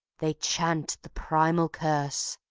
they chant the primal curse,